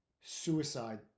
suicide